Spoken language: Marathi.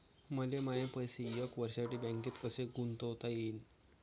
मले माये पैसे एक वर्षासाठी बँकेत कसे गुंतवता येईन?